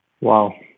Wow